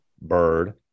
Bird